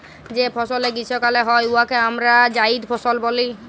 যে ফসলে গীষ্মকালে হ্যয় উয়াকে আমরা জাইদ ফসল ব্যলি